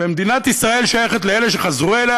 ומדינת ישראל שייכת לאלה שחזרו אליה